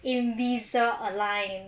in visa aligned